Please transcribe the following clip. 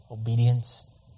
obedience